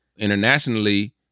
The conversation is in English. Internationally